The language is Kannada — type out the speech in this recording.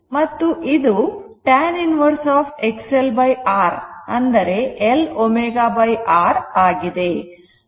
ಮತ್ತು ಇದು tan inverse XL R ಅಂದರೆ L ω R ಆಗಿದೆ